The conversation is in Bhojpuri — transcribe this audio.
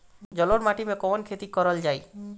जलोढ़ माटी में कवन खेती करल जाई?